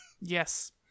Yes